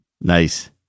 nice